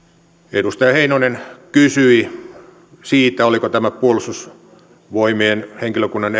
edustaja heinonen kysyi siitä oliko tämä puolustusvoimien henkilökunnan